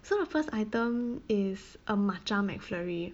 so my first item is a matcha mcflurry